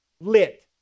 lit